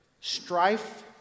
strife